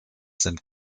sind